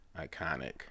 iconic